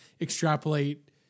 extrapolate